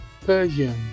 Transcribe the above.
Persian